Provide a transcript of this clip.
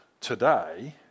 today